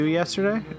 yesterday